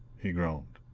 he groaned.